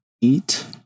Eat